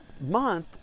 month